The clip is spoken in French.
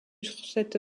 cette